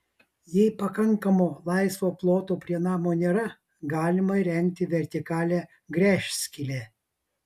jei pakankamo laisvo ploto prie namo nėra galima įrengti vertikalią gręžskylę